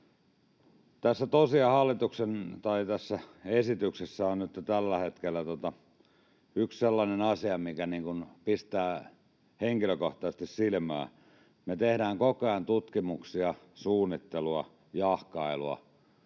tässä hallituksen esityksessä on nyt tällä hetkellä yksi sellainen asia, mikä pistää henkilökohtaisesti silmään. Me tehdään koko ajan tutkimuksia, suunnittelua, jahkailua,